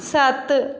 ਸੱਤ